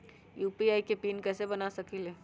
UPI के PIN कैसे बना सकीले?